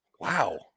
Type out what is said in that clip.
wow